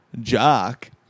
jock